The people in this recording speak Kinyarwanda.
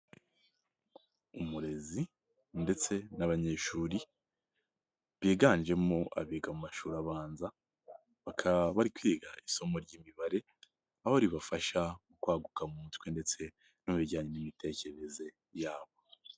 Umurezi ndetse n'abanyeshuri biganjemo abiga mu mashuri abanza bakaba bari kwiga isomo ry'imibare aho ribafasha mu kwaguka mu mutwe ndetse no mu bijyanye n'imitekerereze yabo.